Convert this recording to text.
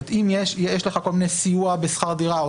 אם יש לך כל מיני סיוע בשכר דירה או